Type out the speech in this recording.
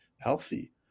healthy